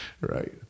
Right